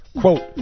quote